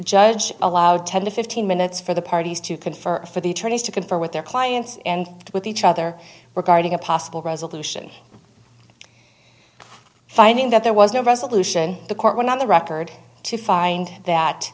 judge allowed ten to fifteen minutes for the parties to confer for the attorneys to confer with their clients and with each other regarding a possible resolution finding that there was no resolution the court went on the record to find that